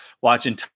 watching